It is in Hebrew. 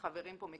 החברים פה מכירים.